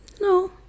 no